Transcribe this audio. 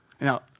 Now